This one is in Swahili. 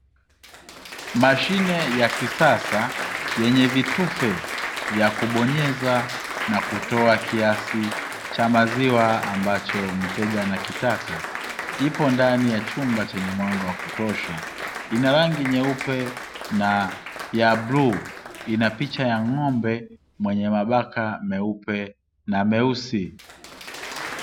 Mashine ya kisasa yenye vitufe vya kubonyeza na kutoa kiasi cha maziwa ambacho mteja anakitaka, ipo ndani ya chumba chenye mwanga wa kutosha ina rangi nyeupe na ya bluu, ina picha ya ng'ombe mwenye mabaka meupe na meusi.